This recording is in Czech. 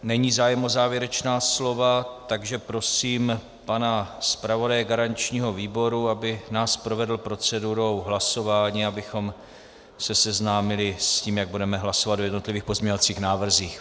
Není zájem o závěrečná slova, takže prosím pana zpravodaje garančního výboru, aby nás provedl procedurou hlasování, abychom se seznámili s tím, jak budeme hlasovat o jednotlivých pozměňovacích návrzích.